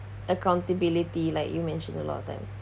accountability like you mentioned a lot of times